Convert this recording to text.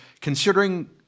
considering